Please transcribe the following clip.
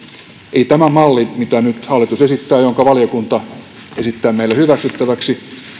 ei tämä malli mitä nyt hallitus esittää ja minkä valiokunta esittää meille hyväksyttäväksi